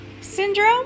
syndrome